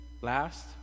Last